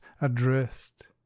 addressed